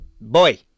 Boy